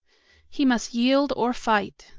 he must yield or fight.